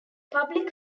public